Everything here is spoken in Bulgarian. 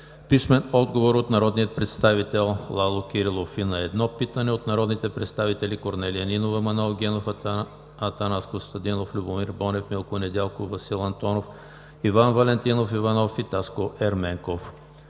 писмен отговор от народния представител Лало Кирилов; и на едно питане от народните представители Корнелия Нинова, Манол Генов, Атанас Костадинов, Любомир Бонев, Милко Недялков, Васил Антонов, Иван Валентинов Иванов и Таско Ерменков;